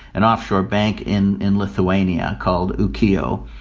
an offshore bank in in lithuania called ukio,